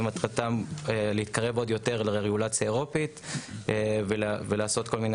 ומטרתם להתקרב עוד יותר לרגולציה האירופית ולעשות כל מיני